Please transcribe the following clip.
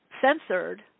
censored